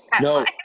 no